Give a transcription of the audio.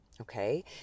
Okay